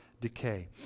decay